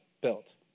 built